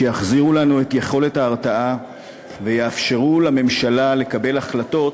שיחזירו לנו את יכולת ההרתעה ויאפשרו לממשלה לקבל החלטות,